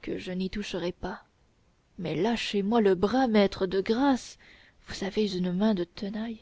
que je n'y toucherai pas mais lâchez-moi le bras maître de grâce vous avez une main de tenaille